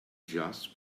just